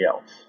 else